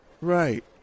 Right